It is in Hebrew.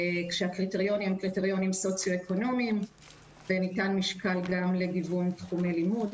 כשהקריטריונים הם סוציו-אקונומיים וניתן משקל גם לגיוון תחומי לימוד,